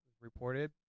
reported